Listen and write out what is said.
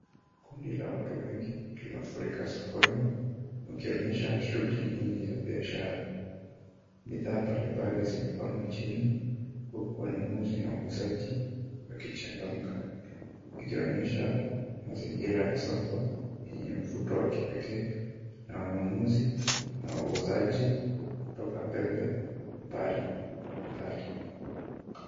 Kundi la watu wengi lina furika sokoni wakionyesha shughuli nyingi za biashara . Bidhaa mbali mbali zimepangwa chini huku wanunuzi na wauzaji wakichangamka ikionyesha mazingira ya soko yenye mvuto wa kipekee na wanunuzi na wauzaji kutoka pembe mbali mbali.